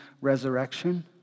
resurrection